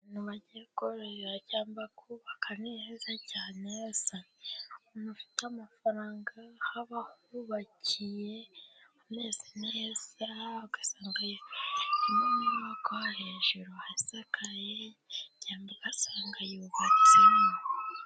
Abantu bagiye kororera cyangwa kubaka ni heza cyane, usanga umuntu ufite amafaranga yarahubakiye hameze neza hasakaye, ugasanga harimo inkoko, hejuru hasakaye cyangwa ugasanga yubatsemo.